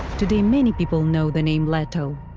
today many people know the name leto,